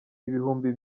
ibihumbi